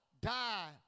die